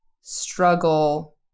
struggle